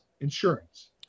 insurance